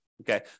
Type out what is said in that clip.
okay